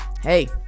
hey